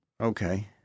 okay